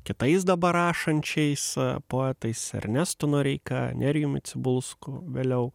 kitais dabar rašančiais poetais ernestu noreika nerijumi cibulsku vėliau